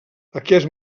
aquest